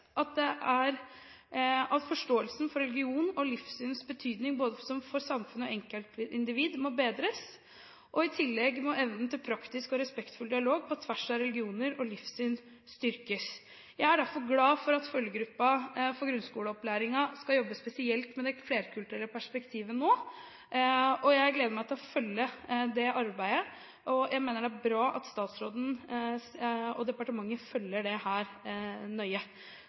at forståelsen for religioners og livssyns betydning – for både samfunn og enkeltindivid – må bedres. I tillegg må evnen til praktisk og respektfull dialog på tvers av religioner og livssyn styrkes. Jeg er derfor glad for at følgegruppa for grunnskoleopplæringen skal jobbe spesielt med det flerkulturelle perspektivet nå, og jeg gleder meg til å følge det arbeidet. Jeg mener det er bra at statsråden og departementet følger dette nøye.